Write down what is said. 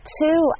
two